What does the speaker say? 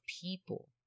people